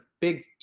big